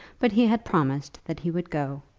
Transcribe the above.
but he had promised that he would go,